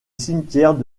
cimetière